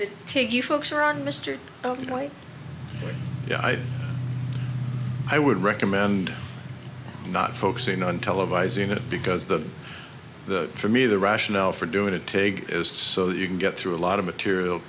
to take you folks are on mr oh yeah i would recommend not focusing on televising it because the the for me the rationale for doing it take is so that you can get through a lot of material